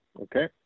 Okay